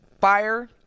fire